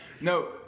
No